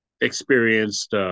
experienced